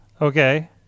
Okay